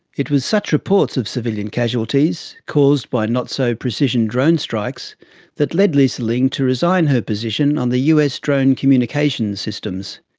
it was such reports of civilian casualties caused by not so precision drone strikes that led lisa ling to resign her position on the us drone communications systems.